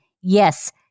Yes